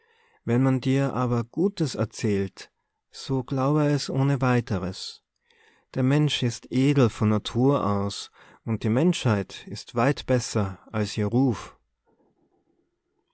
wenn man dir aber gutes erzählt so glaube es ohne weiteres der mensch ist edel von natur aus und die menschheit ist weit besser als ihr ruf